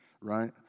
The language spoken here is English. Right